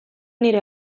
nire